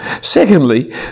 Secondly